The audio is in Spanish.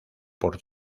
por